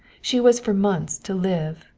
she was for months to live,